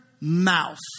mouth